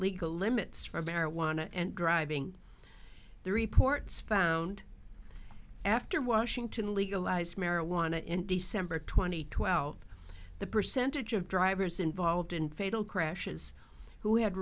legal limits for marijuana and driving the reports found after washington legalized marijuana in december twenty eighth the percentage of drivers involved in fatal crashes who had